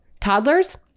Toddlers